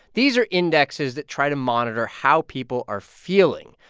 these are indexes that try to monitor how people are feeling.